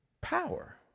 power